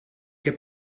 heb